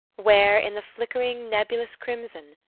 where, in the flickering, nebulous crimson,